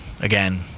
Again